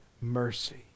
mercy